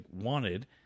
wanted